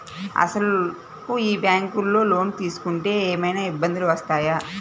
అసలు ఈ బ్యాంక్లో లోన్ తీసుకుంటే ఏమయినా ఇబ్బందులు వస్తాయా?